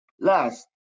Last